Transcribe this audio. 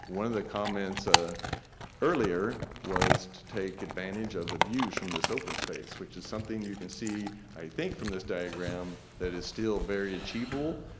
one of the comments ah earlier was to take advantage of the views from this open space which is something you can see, i think, from this diagram that is still very achievable.